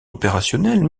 opérationnelles